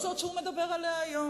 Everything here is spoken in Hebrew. אבל לא זאת שהוא מדבר עליה היום.